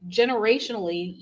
generationally